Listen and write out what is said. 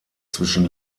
zwischen